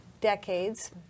decades